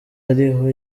ariho